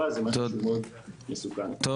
לא